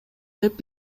деп